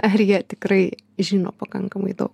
ar jie tikrai žino pakankamai daug